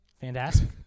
fantastic